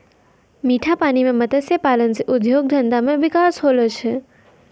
मीठा पानी मे मत्स्य पालन से उद्योग धंधा मे बिकास होलो छै